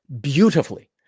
beautifully